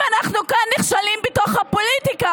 אם אנחנו נכשלים כאן בפוליטיקה,